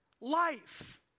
life